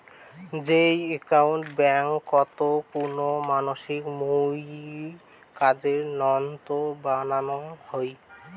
যেই একাউন্ট ব্যাংকোত কুনো মানসির মুইর কাজের তন্ন বানানো হই